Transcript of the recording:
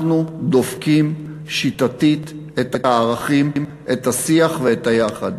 אנחנו דופקים שיטתית את הערכים, את השיח ואת היחד.